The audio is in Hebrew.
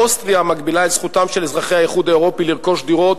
אוסטריה מגבילה את זכותם של אזרחי האיחוד האירופי לרכוש דירות